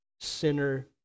sinner